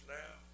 now